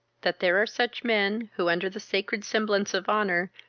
that there are such men, who, under the sacred semblance of honour,